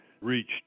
reached